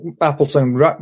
Appleton